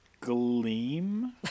gleam